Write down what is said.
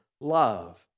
love